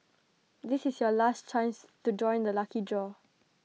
this is your last chance to join the lucky draw